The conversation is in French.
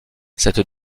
cette